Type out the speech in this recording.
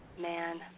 man